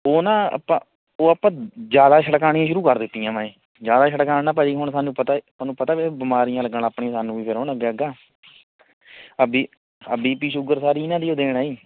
ਉਹ ਨਾ ਆਪਾਂ ਉਹ ਆਪਾਂ ਜ਼ਿਆਦਾ ਛਿੜਕਾਉਣੀਆਂ ਸ਼ੁਰੂ ਕਰ ਦਿੱਤੀਆਂ ਵਾ ਹੈ ਜ਼ਿਆਦਾ ਛਿੜਕਾਉਣ ਨਾਲ ਭਾਅ ਜੀ ਹੁਣ ਸਾਨੂੰ ਪਤਾ ਹੈ ਤੁਹਾਨੂੰ ਪਤਾ ਵੇ ਉਹ ਬਿਮਾਰੀਆਂ ਲੱਗਣ ਲੱਗ ਪੈਣੀਆਂ ਸਾਨੂੰ ਵੀ ਫਿਰ ਹੁਣ ਅੱਗੇ ਅੱਗਾ ਆਹ ਬੀ ਆਹ ਬੀ ਪੀ ਸ਼ੂਗਰ ਸਾਰੀ ਇਹਨਾਂ ਦੀ ਉਹ ਦੇਣ ਹੈ ਜੀ